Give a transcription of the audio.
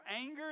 anger